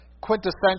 quintessential